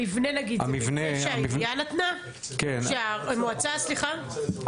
המבנה זה מבנה שהמועצה נתנה?